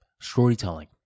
storytelling